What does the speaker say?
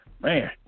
Man